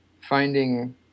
finding